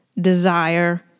Desire